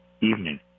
evening